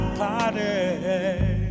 party